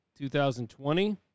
2020